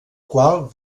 qual